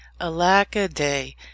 Alack-a-day